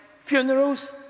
funerals